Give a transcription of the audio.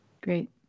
great